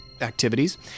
activities